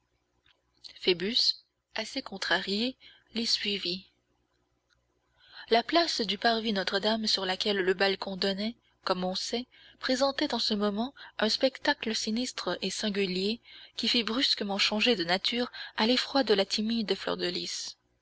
phoebus assez contrarié l'y suivit la place du parvis notre-dame sur laquelle le balcon donnait comme on sait présentait en ce moment un spectacle sinistre et singulier qui fit brusquement changer de nature à l'effroi de la timide fleur de lys